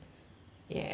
yes